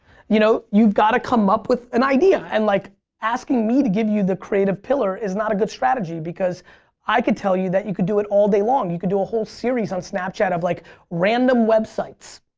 you know you've got to come up with an idea. and like asking me to give you the creative pillar is not a good strategy because i can tell you that you could do it all day long. you can do a whole series on snapchat of like random websites.